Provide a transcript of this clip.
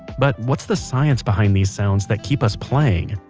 but what's the science behind these sounds that keep us playing?